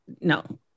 No